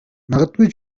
магадгүй